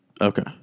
Okay